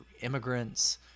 immigrants